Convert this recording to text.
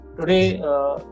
today